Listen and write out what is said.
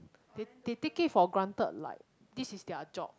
they they take it for granted like this is their job